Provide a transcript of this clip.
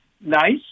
nice